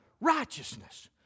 Righteousness